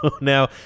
now